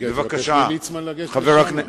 תבקש מליצמן לבוא לשם.